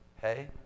Hey